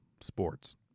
sports